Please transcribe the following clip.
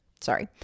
sorry